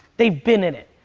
they've been in it.